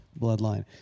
bloodline